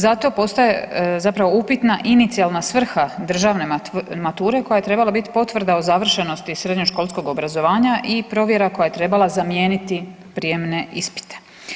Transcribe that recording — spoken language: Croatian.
Zato postaje zapravo upitna inicijalna svrha državne mature koja je trebala biti potvrda o završenosti srednjoškolskog obrazovanja i provjera koja je trebala zamijeniti prijemne ispite.